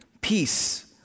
Peace